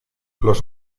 los